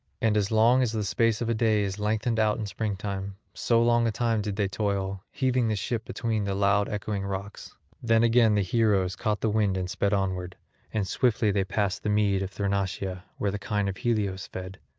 and as long as the space of a day is lengthened out in springtime, so long a time did they toil, heaving the ship between the loud-echoing rocks then again the heroes caught the wind and sped onward and swiftly they passed the mead of thrinacia, where the kine of helios fed.